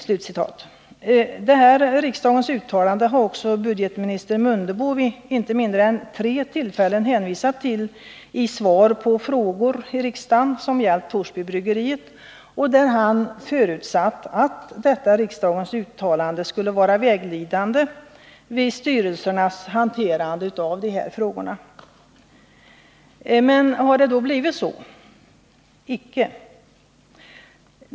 Detta riksdagens uttalande har också budgetminister Mundebo vid inte mindre än tre tillfällen hänvisat till i svar på frågor i riksdagen som gällt Torsbybryggeriet, varvid han förutsatt att riksdagens uttalande skulle vara vägledande vid styrelsernas hanterande av de här frågorna. Men har det då blivit så? Icke!